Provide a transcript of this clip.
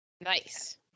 Nice